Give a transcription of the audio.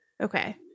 okay